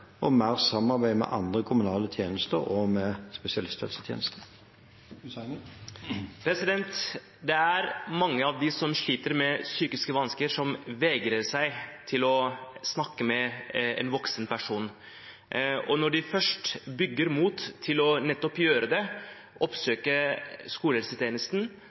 og mer samarbeid med andre kommunale tjenester og med spesialisthelsetjenesten. Det er mange av dem som sliter med psykiske vansker, som vegrer seg for å snakke med en voksen person. Når de først har bygd mot til nettopp å gjøre det og oppsøker skolehelsetjenesten,